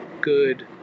good